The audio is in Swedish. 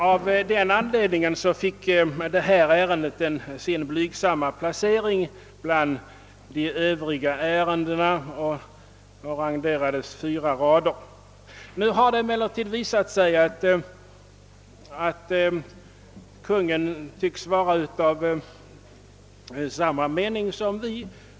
Av den anledningen fick detta ärende sin blygsamma placering bland »övriga ärenden»; det renderades fyra rader. Nu har det emellertid visat sig att Kungl. Maj:t tycks ha samma mening som vi.